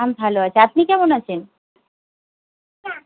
আমি ভালো আছি আপনি কেমন আছেন